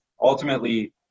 ultimately